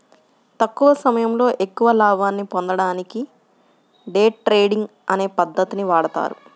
తక్కువ సమయంలో ఎక్కువ లాభాల్ని పొందడానికి డే ట్రేడింగ్ అనే పద్ధతిని వాడతారు